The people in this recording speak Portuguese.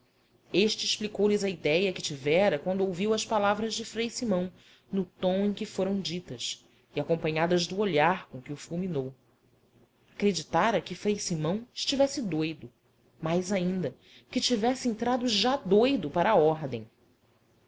abade este explicou lhes a idéia que tivera quando ouviu as palavras de frei simão no tom em que foram ditas e acompanhadas do olhar com que o fulminou acreditara que frei simão estivesse doido mais ainda que tivesse entrado já doido para a ordem